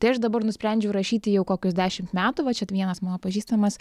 tai aš dabar nusprendžiau rašyti jau kokius dešimt metų va čia vienas mano pažįstamas